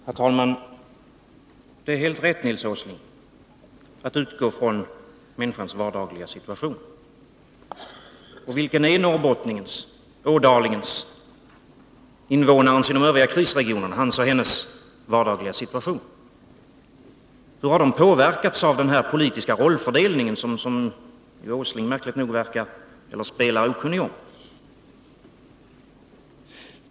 Herr talman! Det är helt rätt, Nils Åsling, att utgå från människans vardagliga situation. Vilken är då norrbottningens, ådalingens, invånarens i de övriga krisregionerna vardagliga situation? Hur har han eller hon påverkats av den politiska rollfördelning som Nils Åsling märkligt nog verkar vara, eller spelar, okunnig om?